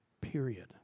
period